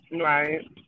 Right